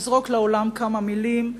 לזרוק לעולם כמה מלים,